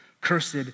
cursed